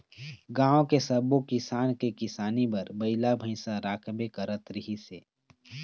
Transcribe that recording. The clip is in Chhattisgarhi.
गाँव के सब्बो किसान के किसानी बर बइला भइसा राखबे करत रिहिस हे